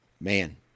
man